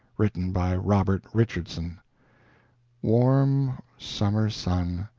written by robert richardson warm summer sun,